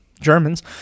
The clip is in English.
Germans